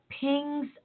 pings